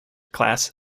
class